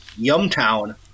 Yumtown